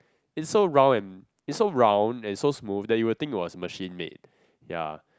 it's so round and it's so round and so smooth that you would think it was machine made ya